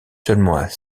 seulement